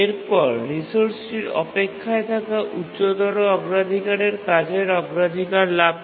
এরপর রিসোর্সটির অপেক্ষায় থাকা উচ্চতর অগ্রাধিকারের কাজের অগ্রাধিকার লাভ করে